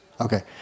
Okay